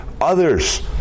others